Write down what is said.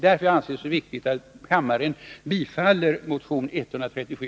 Därför är det viktigt att kammaren bifaller yrkandet i motion 137.